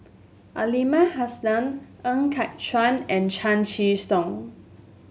Aliman Hassan Ng Kat Chuan and Chan Chee Seng